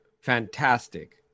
fantastic